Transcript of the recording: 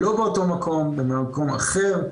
לא באותו מקום אלא במקום אחר,